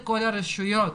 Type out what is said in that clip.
לכל הרשויות,